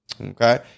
Okay